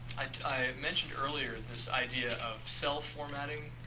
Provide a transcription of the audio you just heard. i mentioned earlier this idea of cell formatting